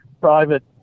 private